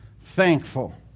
thankful